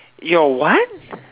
your what